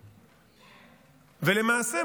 למעשה,